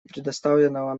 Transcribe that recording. представленного